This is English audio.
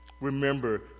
remember